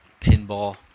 Pinball